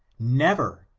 never.